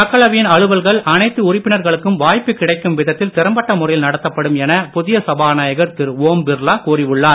மக்களவையின் அலுவல்கள் அனைத்து உறுப்பினர்களுக்கும் வாய்ப்பு கிடைக்கும் விதத்தில் திறம்பட்ட முறையில் நடத்தப்படும் என புதிய சபாநாயகர் திரு ஓம் பிர்லா கூறி உள்ளார்